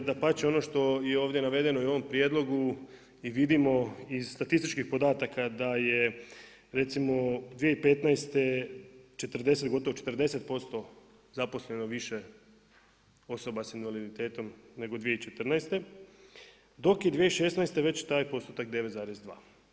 Dapače, ono što je navedeno i u ovom prijedlogu i vidimo iz statističkih podataka da je recimo gotovo 40% zaposleno više osoba s invaliditetom nego 2014. dok je 2016. već taj postotak 9,2.